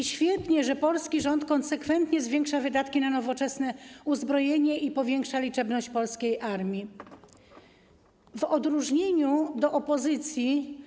To świetnie, że polski rząd konsekwentnie zwiększa wydatki na nowoczesne uzbrojenie i powiększa liczebność polskiej armii, w odróżnieniu od opozycji.